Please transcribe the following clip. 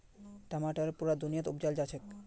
टमाटर पुरा दुनियात उपजाल जाछेक